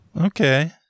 Okay